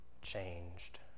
Changed